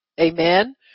Amen